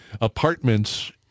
apartments